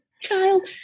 child